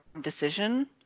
decision